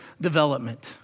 development